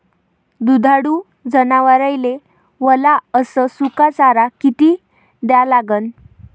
दुधाळू जनावराइले वला अस सुका चारा किती द्या लागन?